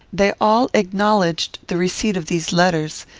they all acknowledged the receipt of these letters,